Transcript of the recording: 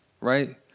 right